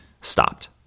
stopped